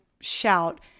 shout